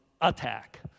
attack